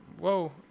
whoa